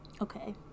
Okay